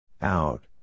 Out